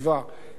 יחד עם זאת,